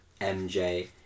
MJ